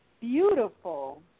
beautiful